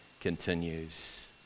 continues